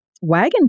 wagon